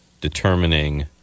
determining